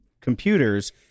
computers